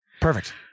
Perfect